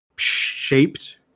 shaped